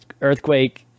Earthquake